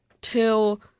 till